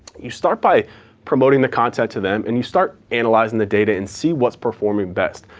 you start by promoting the content to them, and you start analyzing the data and see what's performing best.